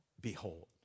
behold